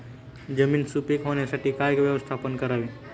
जमीन सुपीक होण्यासाठी काय व्यवस्थापन करावे?